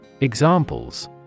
Examples